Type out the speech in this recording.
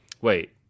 Wait